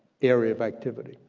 area of activity,